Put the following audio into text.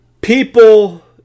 people